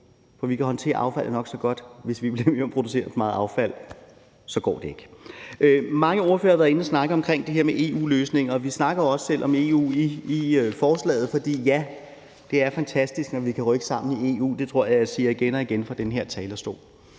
For vi kan håndtere affaldet nok så godt, men hvis vi bliver ved med at producere for meget affald, går det ikke. Mange ordførere har været inde på og snakket om det her med EU-løsninger, og vi snakker jo også selv om EU i forslaget, for ja, det er fantastisk, når vi kan rykke sammen i EU – og det tror jeg jeg har sagt igen og igen fra den her talerstol.